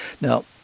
Now